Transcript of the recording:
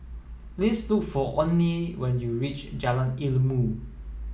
please look for Onnie when you reach Jalan Ilmu